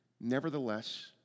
Nevertheless